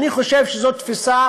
אני חושב שזאת תפיסה